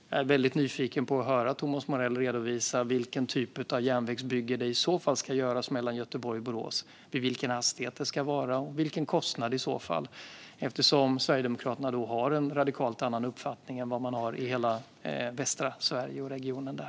Jag är väldigt nyfiken på att få höra Thomas Morell redovisa vilken typ av järnvägsbygge som i så fall ska göras mellan Göteborg och Borås - vilken hastighet det ska vara och vilken kostnad - eftersom Sverigedemokraterna har en radikalt annan uppfattning än vad man har i hela västra Sverige och i regionen där.